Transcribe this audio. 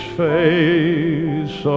face